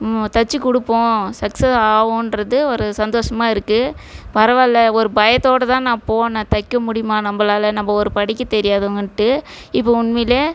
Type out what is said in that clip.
தச்சு கொடுப்போம் சக்ஸஸ் ஆகின்றது ஒரு சந்தோசமாக இருக்குது பரவாயில்ல ஒரு பயத்தோடு தான் நான் போனேன் தைக்க முடியுமா நம்மளால நம்ம ஒரு படிக்க தெரியாதவங்கன்ட்டு இப்போ உண்மையிலே